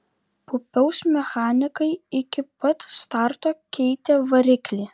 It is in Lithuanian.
pupiaus mechanikai iki pat starto keitė variklį